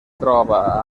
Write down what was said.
troba